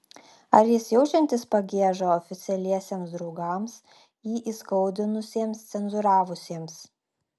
ar jis jaučiantis pagiežą oficialiesiems draugams jį įskaudinusiems cenzūravusiems